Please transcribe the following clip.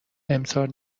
امسال